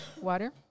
Water